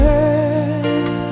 earth